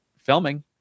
filming